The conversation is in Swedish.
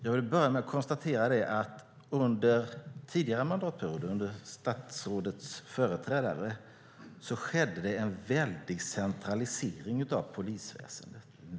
Jag vill börja med att konstatera att det under tidigare mandatperioder under statsrådets företrädare skedde en stor centralisering av polisväsendet.